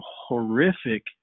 horrific